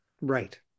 right